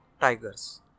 tigers